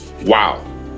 Wow